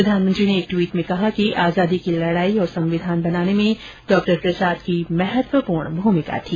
प्रधानमंत्री ने एक ट्वीट में कहा कि आजादी की लड़ाई और संविधान बनाने में डाॅ प्रसाद की महत्वप्र्ण भ्मिका थी